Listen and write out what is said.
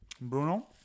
Bruno